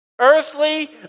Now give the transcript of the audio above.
Earthly